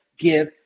give,